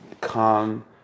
calm